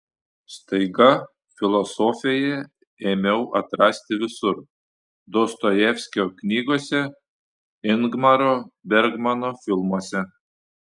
staiga filosofiją ėmiau atrasti visur dostojevskio knygose ingmaro bergmano filmuose